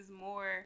more